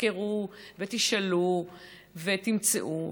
תחקרו ותשאלו ותמצאו.